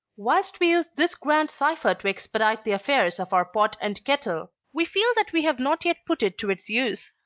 whilst we use this grand cipher to expedite the affairs of our pot and kettle, we feel that we have not yet put it to its use,